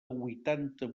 huitanta